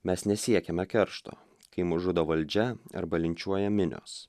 mes nesiekiame keršto kai mus žudo valdžia arba linčiuoja minios